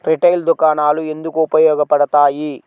Retail దుకాణాలు ఎందుకు ఉపయోగ పడతాయి?